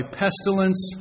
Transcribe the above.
pestilence